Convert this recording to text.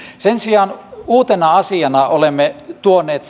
sen sijaan uutena asiana olemme tuoneet